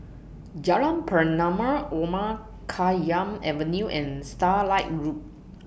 Jalan Pernama Omar Khayyam Avenue and Starlight Road